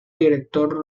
director